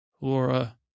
Laura